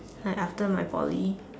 like after my Poly